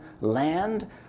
land